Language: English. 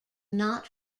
not